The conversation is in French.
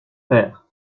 faire